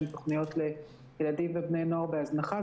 שהן תוכניות לילדים ובני נוער בהזנחה.